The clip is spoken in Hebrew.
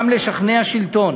גם לשכנע שלטון,